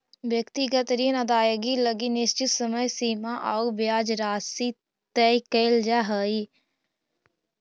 व्यक्तिगत ऋण अदाएगी लगी निश्चित समय सीमा आउ ब्याज राशि तय कैल जा हइ